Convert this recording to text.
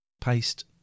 Paste